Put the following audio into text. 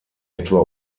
etwa